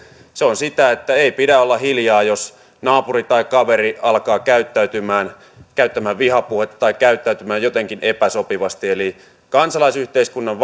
se on sitä että ei pidä olla hiljaa jos naapuri tai kaveri alkaa käyttämään vihapuhetta tai käyttäytymään jotenkin epäsopivasti eli kansalaisyhteiskunnan